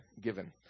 given